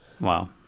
Wow